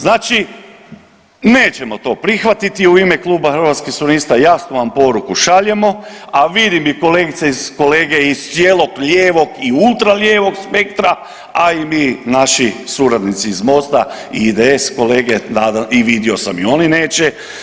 Znači nećemo to prihvatiti u ime Kluba Hrvatskih suverenista, jasnu vam poruku šaljemo, a vidim kolegice i kolege iz cijelog lijevog i ultra lijevog spektra, a i mi, naši suradnici iz Mosta, IDS, kolege i vidio sam i oni neće.